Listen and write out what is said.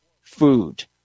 food